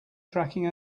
tracking